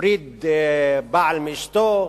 הפריד בעל מאשתו,